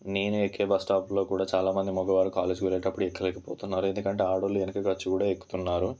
నేను ఎక్కే బస్ స్టాప్లో కూడా చాలా మంది మగవారు కాలేజీకి వెళ్ళేటప్పుడు ఎక్కలేకపోతున్నారు ఎందుకంటే ఆడవారు వెనకకు వచ్చి కూడా ఎక్కుతున్నారు